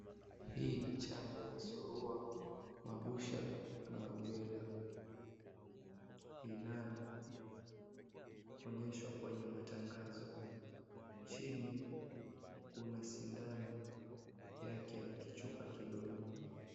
Hii ni chanjo ya surua, mabusha na rubela, inayoonyeshwa kwenye matangazo. Chini, kuna sindano yake na kichupa kidogo.